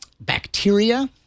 bacteria